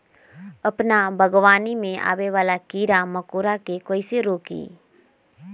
अपना बागवानी में आबे वाला किरा मकोरा के कईसे रोकी?